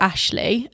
Ashley